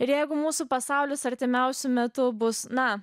ir jeigu mūsų pasaulis artimiausiu metu bus na